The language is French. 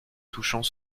touchant